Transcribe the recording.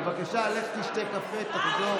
בבקשה, לך תשתה קפה, תחזור.